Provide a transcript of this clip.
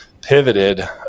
pivoted